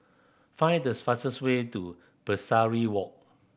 find the fastest way to Pesari Walk